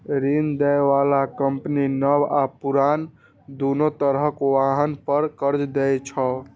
ऋण दै बला कंपनी नव आ पुरान, दुनू तरहक वाहन पर कर्ज दै छै